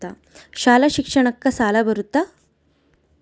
ಶಾಲಾ ಶಿಕ್ಷಣಕ್ಕ ಸಾಲ ಬರುತ್ತಾ?